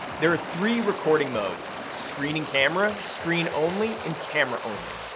there are three recording modes screen and camera, screen only, and camera only.